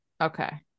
Okay